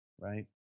right